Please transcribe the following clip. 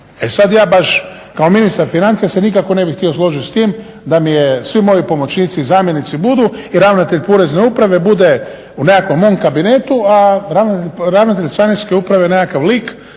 E sad ja baš kao ministar financija se nikako ne bih htio složit s tim da mi je svi moji pomoćnici i zamjenici budu i ravnatelj Porezne uprave bude u nekakvom mom kabinetu, a ravnatelj Carinske uprave nekakav lik